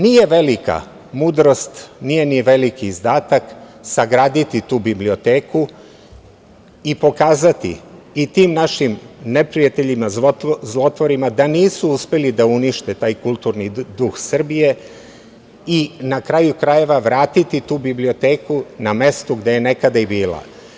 Nije velika mudrost, nije ni veliki izdatak sagraditi tu biblioteku i pokazati i tim našim neprijateljima, zlotvorima da nisu uspeli da unište taj kulturni duh Srbije i na kraju krajeva vratiti tu biblioteku na mestu gde je nekada i bila.